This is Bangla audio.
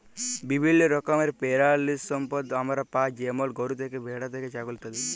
বিভিল্য রকমের পেরালিসম্পদ আমরা পাই যেমল গরু থ্যাকে, ভেড়া থ্যাকে, ছাগল ইত্যাদি